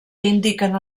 indiquen